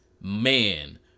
man